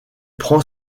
prend